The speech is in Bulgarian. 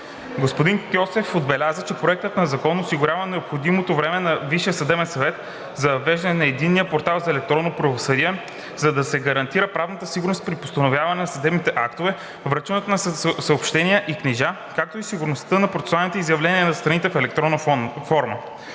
Господин Кьосев отбеляза, че Проектът на закон осигурява необходимото време на Висшия съдебен съвет за въвеждане на Единния портал за електронно правосъдие, за да се гарантира правна сигурност при постановяването на съдебни актове, връчването на съобщения и книжа, както и сигурността на процесуалните изявления на страните в електронна форма.